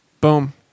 Boom